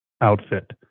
outfit